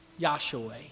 Yahshua